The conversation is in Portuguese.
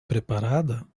preparada